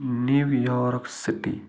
New York City